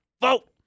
Vote